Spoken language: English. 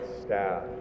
staff